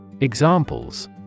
Examples